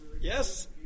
Yes